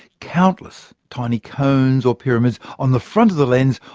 countless tiny cones or pyramids, on the front of the lens,